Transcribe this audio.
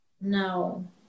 No